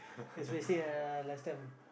especially uh last time